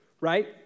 right